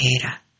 era